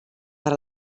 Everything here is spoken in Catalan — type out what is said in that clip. per